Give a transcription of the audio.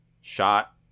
shot